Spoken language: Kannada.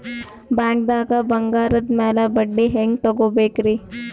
ಬ್ಯಾಂಕ್ದಾಗ ಬಂಗಾರದ್ ಮ್ಯಾಲ್ ಬಡ್ಡಿ ಹೆಂಗ್ ತಗೋಬೇಕ್ರಿ?